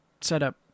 setup